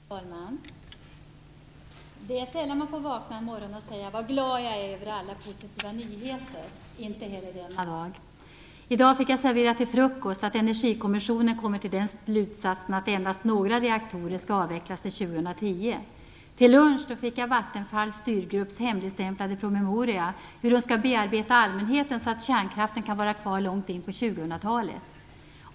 Fru talman! Det är sällan man får vakna en morgon och säga: Vad glad jag är över alla positiva nyheter. Inte heller denna dag. I dag fick jag serverat till frukost att Energikommissionen kommit till den slutsatsen att endast några reaktorer skall avvecklas till 2010. Till lunch fick jag Vattenfalls styrgrupps hemligstämplade promemoria över hur man skall bearbeta allmänheten så att kärnkraften kan vara kvar långt in på 2000-talet.